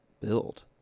build